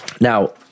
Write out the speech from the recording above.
now